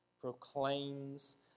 proclaims